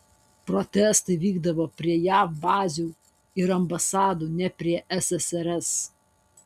protestai vykdavo prie jav bazių ir ambasadų ne prie ssrs